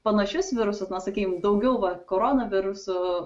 panašius virusus na sakykim daugiau va koronavirusų